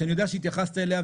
שאני יודע שהתייחסת אליה,